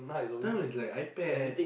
now is like iPad